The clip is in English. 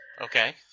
Okay